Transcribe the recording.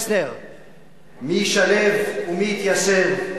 מי ישלו ומי יתייסר.